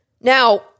Now